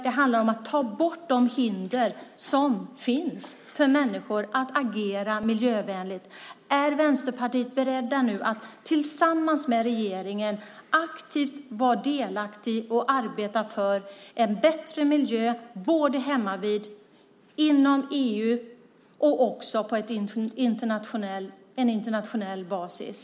Det handlar om att ta bort de hinder som finns för människor att agera miljövänligt. Är Vänsterpartiet nu berett att tillsammans med regeringen aktivt vara delaktigt och arbeta för en bättre miljö hemmavid, inom EU och också på internationell basis?